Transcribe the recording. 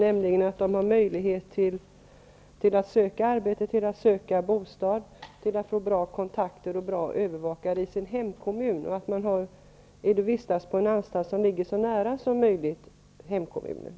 Det gäller att de har möjlighet att söka arbete och bostad och att få bra kontakter och bra övervakare i sina hemkommuner. Det gäller också att man får vistas på en anstalt som ligger så nära hemkommunen som möjligt.